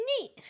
neat